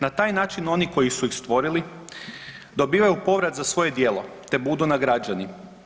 Na taj način oni koji su ih stvorili dobivaju povrat za svoje djelo te budu nagrađeni.